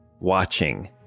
watching